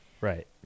Right